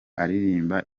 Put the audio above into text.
aririmba